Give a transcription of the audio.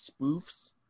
spoofs